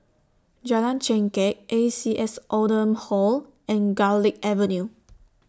Jalan Chengkek A C S Oldham Hall and Garlick Avenue